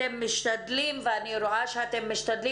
אתם משתדלים ואני רואה שאתם משתדלים